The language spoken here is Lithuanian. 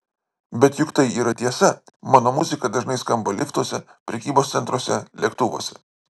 bet juk tai yra tiesa mano muzika dažnai skamba liftuose prekybos centruose lėktuvuose